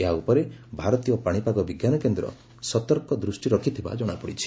ଏହା ଉପରେ ଭାରତୀୟ ପାଶିପାଗ ବିଙ୍କାନ କେନ୍ଦ ସତର୍କ ଦୃଷ୍ଟି ରଖିଥିବା ଜଣାପଡ଼ିଛି